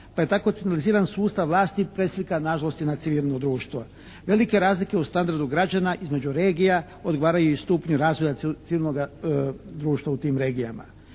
se ne razumije./… sustav vlasti preslika na žalost i na civilno društvo. Velike razlike u standardu građana između regija odgovaraju i stupnju razvoja civilnoga društva u tim regijama.